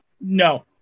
No